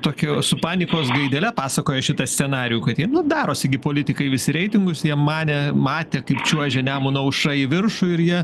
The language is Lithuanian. tokį su panikos gaidele pasakojo šitą scenarijų kad nu darosi gi politikai visi reitingus jie manė matė kaip čiuožia nemuna aušra į viršų ir jie